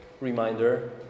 reminder